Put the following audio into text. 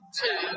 Two